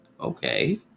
Okay